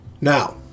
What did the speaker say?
Now